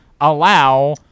allow